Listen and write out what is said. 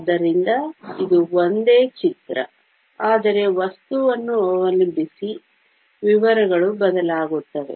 ಆದ್ದರಿಂದ ಇದು ಒಂದೇ ಚಿತ್ರ ಆದರೆ ವಸ್ತುವನ್ನು ಅವಲಂಬಿಸಿ ವಿವರಗಳು ಬದಲಾಗುತ್ತವೆ